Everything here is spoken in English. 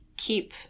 keep